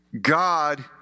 God